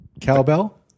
Cowbell